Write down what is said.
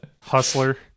Hustler